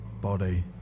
body